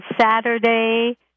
Saturday